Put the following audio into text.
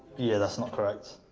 yeah, that's not correct.